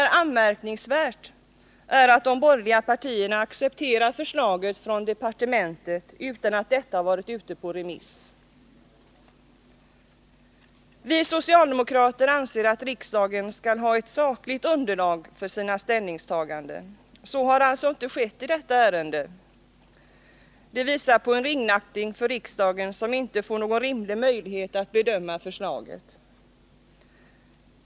Det anmärkningsvärda är att de borgerliga partierna accepterar förslaget från departementet utan att detsamma har varit ute på remiss. Vi socialdemokrater anser att riksdagen skall ha ett sakligt underlag för sina ställningstaganden. Så har alltså inte skett i detta ärende. Det visar på en ringaktning för riksdagen, som inte får någon rimlig möjlighet att bedöma förslaget.